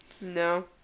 No